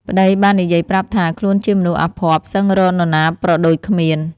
ប្ដីបាននិយាយប្រាប់ថា ខ្លួនជាមនុស្សអភ័ព្វសឹងរកនរណាប្រដូចគ្មាន។